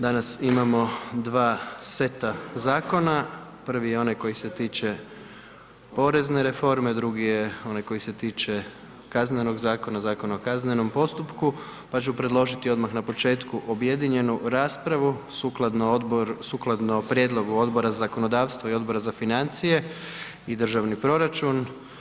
Danas imamo dva seta zakona, prvi je onaj koji se tiče porezne reforme, drugi je onaj koji se tiče kaznenog zakona, Zakona o kaznenom postupku pa ću predložiti odmah na početku objedinjenu raspravu sukladno prijedlogu Odbora za zakonodavstvo i Odbora za financije i državni proračun.